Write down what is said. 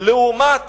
לעומת